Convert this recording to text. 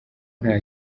nta